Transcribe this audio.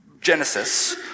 Genesis